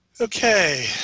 okay